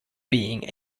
being